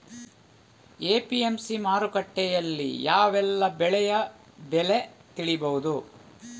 APMC ಮಾರುಕಟ್ಟೆಯಲ್ಲಿ ಯಾವೆಲ್ಲಾ ಬೆಳೆಯ ಬೆಲೆ ತಿಳಿಬಹುದು?